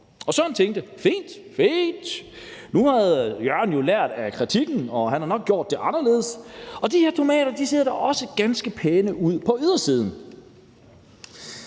Søren tænkte: Fint, nu har Jørgen lært af kritikken og har nok gjort det anderledes. De her tomater ser da også ganske pæne ud på ydersiden,